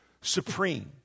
supreme